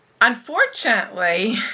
Unfortunately